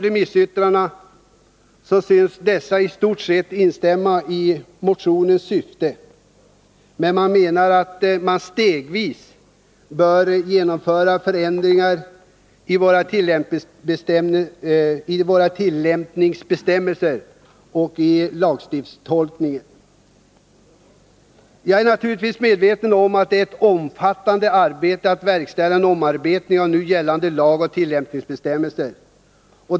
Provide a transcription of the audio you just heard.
Remissinstanserna synes i stort sett instämma i motionens syfte, men de menar att det stegvis bör genomföras förändringar i tillämpningsbestämmelser och lagstiftningstolkning. Jag är naturligtvis medveten om att det är ett omfattande arbete att verkställa en omarbetning av gällande lag och tillämpningsbestämmelser.